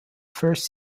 first